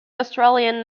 australian